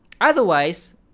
otherwise